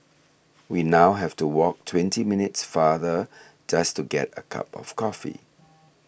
we now have to walk twenty minutes farther just to get a cup of coffee